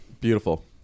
Beautiful